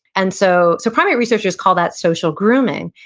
and so so primate researchers call that social grooming,